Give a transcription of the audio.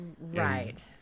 Right